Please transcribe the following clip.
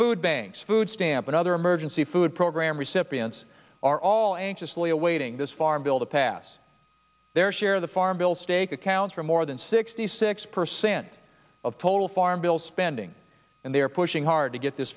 food banks food stamp and other emergency food program recipients are all anxiously awaiting this farm bill to pass their share of the farm bill steak accounts for more than sixty six percent of total farm bill spending and they are pushing hard to get this